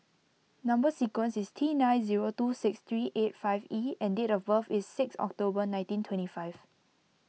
Number Sequence is T nine zero two six three eight five E and date of birth is six October nineteen twenty five